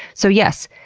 so yes,